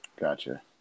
Gotcha